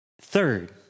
Third